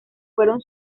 fueron